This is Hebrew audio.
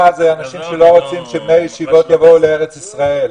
זה אנשים שלא רוצים שבני הישיבות יבואו לארץ ישראל.